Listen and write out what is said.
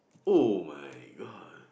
oh-my-god